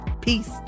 Peace